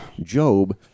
Job